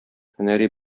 һөнәри